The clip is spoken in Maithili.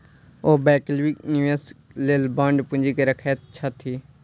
ओ वैकल्पिक निवेशक लेल बांड पूंजी के रखैत छथि